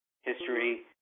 history